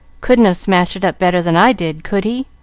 couldn't have smashed it up better than i did, could he?